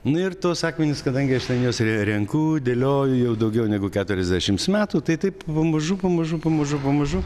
na ir tuos akmenis kadangi aš ten juos re renku dėlioju jau daugiau negu keturiasdešims metų tai taip pamažu pamažu pamažu pamažu